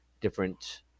different